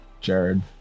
Jared